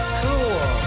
cool